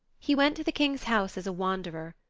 he went to the king's house as a wanderer,